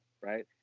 right